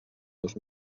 dos